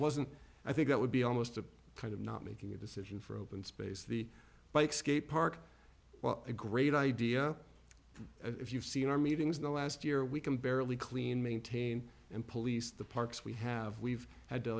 wasn't i think it would be almost a kind of not making a decision for open space the bike skate park well a great idea and if you've seen our meetings in the last year we can barely clean maintain and police the parks we have we've had to